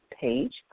page